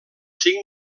cinc